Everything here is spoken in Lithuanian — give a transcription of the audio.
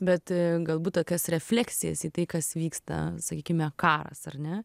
bet galbūt tokias refleksijas į tai kas vyksta sakykime karas ar ne